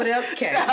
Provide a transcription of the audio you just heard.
okay